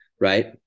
right